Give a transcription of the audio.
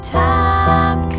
time